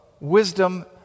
wisdom